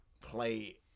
play